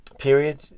Period